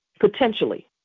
potentially